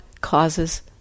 causes